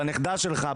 בנכדה שלך,